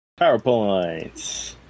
Powerpoints